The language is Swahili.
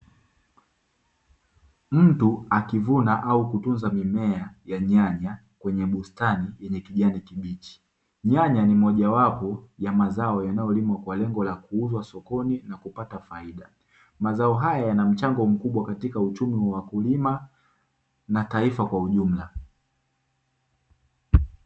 Mtu akivuna au kutunza mimea ya nyanya yenye bustani yenye kijani kibichi. Nyanya ni mojawapo ya mazao kwa lengo la kuuzwa sokoni na kupata faida. Mazao haya yana mchango mkubwa katika uchumi wa wakulima na taifa kwa ujumla.